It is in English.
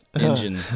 engine